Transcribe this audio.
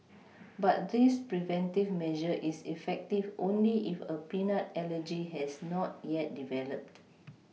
but this preventive measure is effective only if a peanut allergy has not yet developed